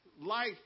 life